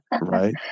right